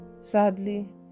Sadly